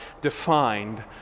defined